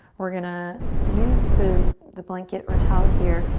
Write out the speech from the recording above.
we're gonna use the the blanket or towel here.